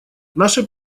наше